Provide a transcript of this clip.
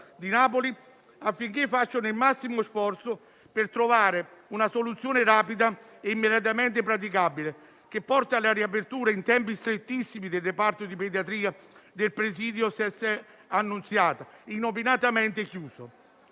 di Napoli affinché facciano il massimo sforzo per trovare una soluzione rapida e immediatamente praticabile, che porti alle riaperture, in tempi strettissimi, del reparto di pediatria del presidio "S.S. Annunziata", inopinatamente chiuso.